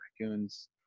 raccoons